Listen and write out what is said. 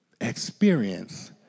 Experience